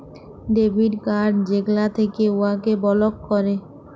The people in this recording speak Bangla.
ডেবিট কাড় যেগলা থ্যাকে উয়াকে বলক ক্যরে